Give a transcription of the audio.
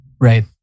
Right